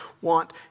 want